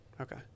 Okay